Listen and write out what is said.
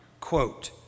Quote